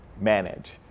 manage